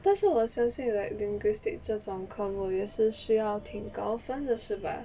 但是我相信 like linguistics 这种科目也是需要挺高分的是吧